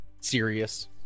serious